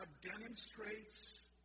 demonstrates